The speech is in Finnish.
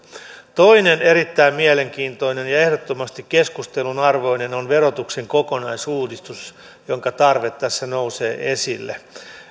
toinen erittäin mielenkiintoinen ja ehdottomasti keskustelun arvoinen on verotuksen kokonaisuudistus jonka tarve tässä nousee esille